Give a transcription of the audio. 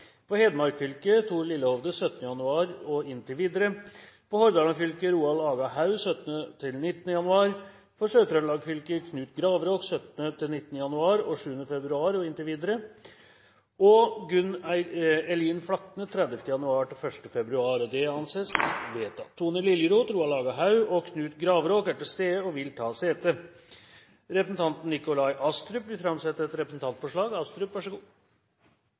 og inntil videre For Hordaland fylke: Roald Aga Haug 17. januar–19. januar For Sør-Trøndelag fylke: Knut Gravråk 17. januar–19. januar og 7. februar og inntil videre og Gunn Elin Flakne 30. januar–1. februar Tone Liljeroth, Roald Aga Haug og Knut Gravråk er til stede og vil ta sete. Representanten Nikolai Astrup vil framsette et representantforslag.